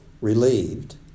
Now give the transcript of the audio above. Relieved